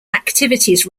activities